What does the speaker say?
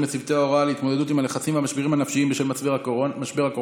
לצוותי ההוראה להתמודדות עם הלחצים והמשברים הנפשיים בשל משבר הקורונה.